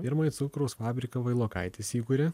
pirmąjį cukraus fabriką vailokaitis įkūrė